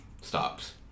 stops